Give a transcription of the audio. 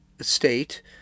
state